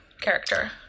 character